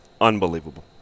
unbelievable